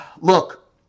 look